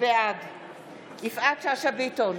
בעד יפעת שאשא ביטון,